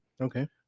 Okay